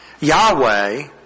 Yahweh